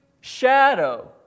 shadow